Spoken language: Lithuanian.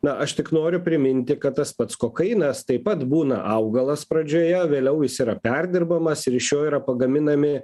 na aš tik noriu priminti kad tas pats kokainas taip pat būna augalas pradžioje vėliau jis yra perdirbamas ir iš jo yra pagaminami